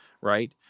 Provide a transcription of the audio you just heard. right